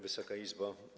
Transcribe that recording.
Wysoka Izbo!